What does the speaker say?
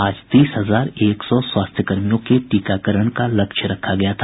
आज तीस हजार एक सौ स्वास्थ्य कर्मियों के टीकाकरण का लक्ष्य रखा गया था